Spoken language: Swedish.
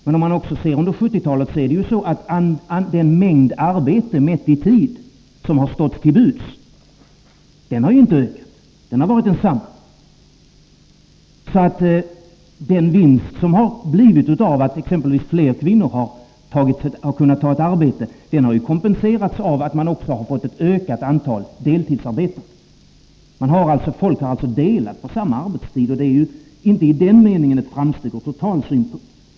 Men under 1970-talet har ju inte den mängd arbete, mätt i tid, som stått till buds ökat. Den har varit densamma. Den vinst som har uppstått genom att exempelvis fler kvinnor kunnat ta ett arbete har kompenserats av att man har fått ett ökat antal deltidsarbetare. Folk har alltså delat på samma arbetstid, och det är inte i den meningen ett framsteg ur total synpunkt.